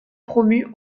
promu